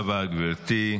תודה רבה, גברתי.